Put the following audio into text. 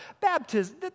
Baptism